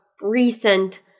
recent